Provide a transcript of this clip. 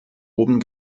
oben